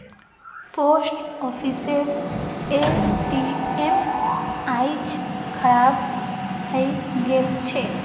post ऑफिसेर ATM आइज खराब हइ गेल छ